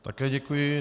Také děkuji.